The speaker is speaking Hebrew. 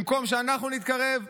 במקום שאנחנו נתקרב,